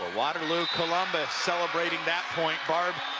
waterloo columbus celebratingthat point, barb.